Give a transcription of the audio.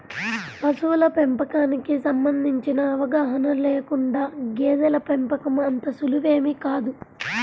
పశువుల పెంపకానికి సంబంధించిన అవగాహన లేకుండా గేదెల పెంపకం అంత సులువేమీ కాదు